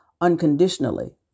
unconditionally